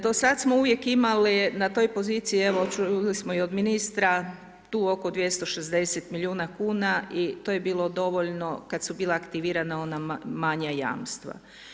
Do sad smo uvijek imali na toj poziciji evo čuli smo i od ministra tu oko 260 miliona kuna i to je bilo dovoljno kad su bila aktivirana ona manja jamstva.